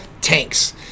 tanks